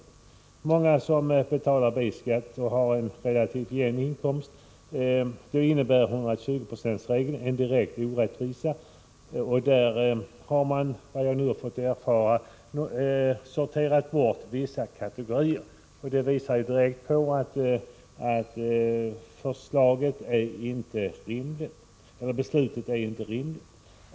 För många som betalar B-skatt och har en relativt jämn inkomst innebär 120-procentsregeln en direkt orättvisa, och där har man — såvitt jag har fått erfara — sorterat bort vissa kategorier. Detta visar direkt att beslutet inte är rimligt.